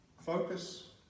focus